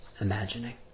imagining